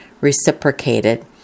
reciprocated